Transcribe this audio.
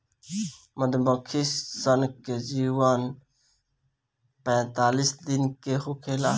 मधुमक्खी सन के जीवन पैतालीस दिन के होखेला